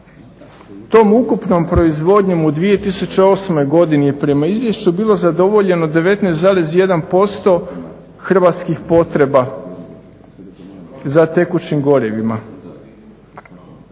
Tom ukupnom proizvodnjom u 2008.godini prema izvješću je bilo zadovoljeno 19,1% hrvatskih potreba za tekućim gorivima,